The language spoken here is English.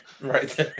Right